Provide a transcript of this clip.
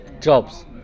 Jobs